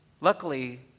Luckily